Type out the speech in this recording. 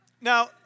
Now